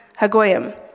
Hagoyim